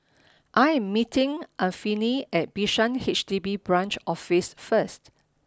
I am meeting Anfernee at Bishan H D B Branch Office first